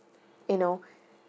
you know